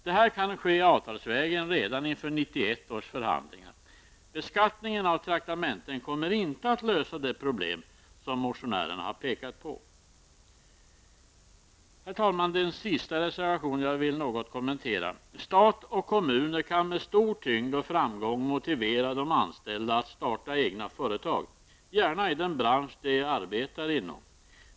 Det kan ske avtalsvägen redan inför 1991 års förhandlingar. Beskattning av traktamenten kommer inte att lösa det problem som motionärerna har pekat på. Den sista reservation som jag vill något kommentera är reservation 3. Stat och kommun kan med stor tyngd och framgång motivera de anställda att starta egna företag, gärna i den bransch som de arbetar inom.